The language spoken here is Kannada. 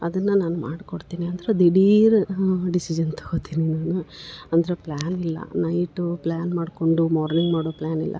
ಅದನ್ನ ನಾನು ಮಾಡ್ಕೊಡ್ತೀನಿ ಅಂದ್ರು ದಿಢೀರ್ ಡಿಸಿಷನ್ ತಗೊತಿನಿ ನಾನು ಅಂದರೆ ಪ್ಲ್ಯಾನ್ ಇಲ್ಲ ನೈಟು ಪ್ಲ್ಯಾನ್ ಮಾಡ್ಕೊಂಡು ಮಾರ್ನಿಂಗ್ ಮಾಡೋ ಪ್ಲ್ಯಾನ್ ಇಲ್ಲ